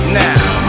now